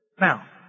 Now